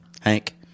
Hank